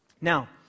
Now